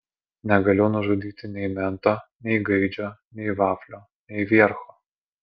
negaliu nužudyti nei mento nei gaidžio nei vaflio nei viercho